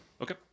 Okay